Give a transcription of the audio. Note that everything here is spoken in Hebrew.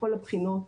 מכל הבחינות.